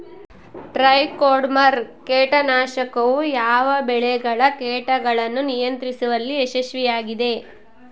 Trichoderma ಕೇಟನಾಶಕವು ಯಾವ ಬೆಳೆಗಳ ಕೇಟಗಳನ್ನು ನಿಯಂತ್ರಿಸುವಲ್ಲಿ ಯಶಸ್ವಿಯಾಗಿದೆ?